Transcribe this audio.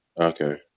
okay